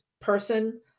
person